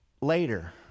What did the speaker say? Later